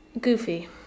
goofy